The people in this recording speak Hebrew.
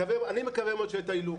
אני מקווה מאוד שיטיילו.